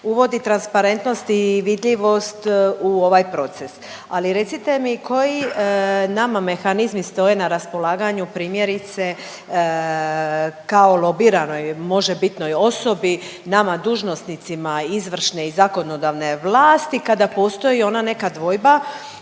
uvodi transparentnost i vidljivost u ovaj proces. Ali recite mi koji nama mehanizmi stoje na raspolaganju primjerice kao lobiranoj, možebitnoj osobi, nama dužnosnicima izvršne i zakonodavne vlasti kada postoji ona neka dvojba